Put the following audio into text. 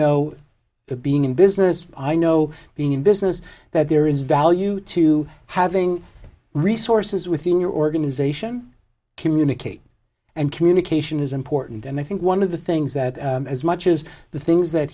know being in business i know being in business that there is value to having resources within your organization communicate and communication is important and i think one of the things that as much as the things that